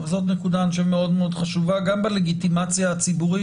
זו נקודה מאוד-מאוד חשובה גם בלגיטימציה הציבורית